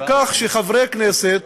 מכך שחברי כנסת